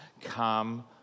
Come